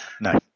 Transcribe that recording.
no